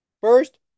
First